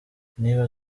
niba